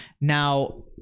Now